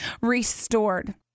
restored